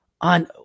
on